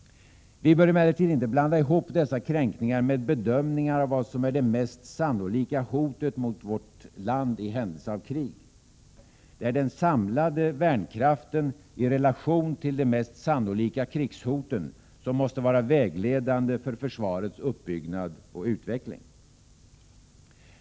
Vi bör emellertid inte blanda ihop dessa kränkningar med bedömningar av vad som är det mest sannolika hotet mot vårt land i händelse av krig. Det är den samlade värnkraften i relation till de mest sannolika krigshoten som måste vara vägledande för försvarets uppbyggnad och utveckling.